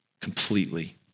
completely